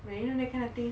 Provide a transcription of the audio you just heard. you know that kind of thing